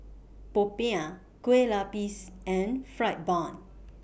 Popiah Kue Lupis and Fried Bun